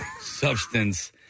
Substance